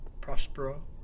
Prospero